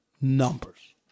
numbers